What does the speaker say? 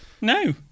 No